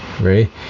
right